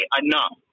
enough